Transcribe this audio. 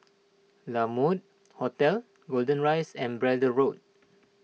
La Mode Hotel Golden Rise and Braddell Road